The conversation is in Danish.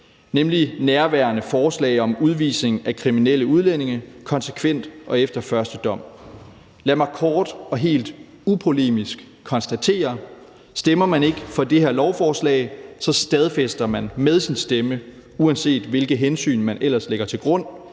nemlig nærværende forslag om udvisning af kriminelle udlændinge konsekvent og efter første dom. Lad mig kort og helt upolemisk konstatere, at stemmer man ikke for det her forslag, stadfæster man med sin stemme, uanset hvilke hensyn man ellers lægger til grund,